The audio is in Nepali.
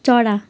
चरा